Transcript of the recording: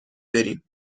بریم